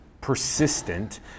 persistent